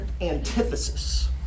Antithesis